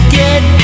get